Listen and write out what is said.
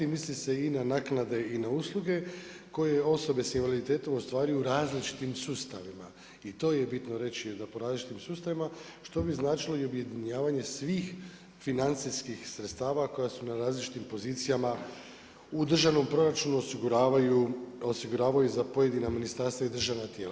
Misli se i na naknade i na usluge koje osobe s invaliditetom ostvaruju u različitim sustavima i to je bitno reći po različitim sustavima, što bi značilo objedinjavanje svih financijskih sredstava koja su na različitim pozicijama u državnom proračunu osiguravaju za pojedina ministarstva i državna tijela.